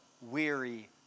weary